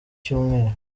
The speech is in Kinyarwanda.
cyumweru